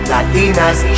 Latinas